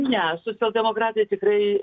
ne socialdemokratai tikrai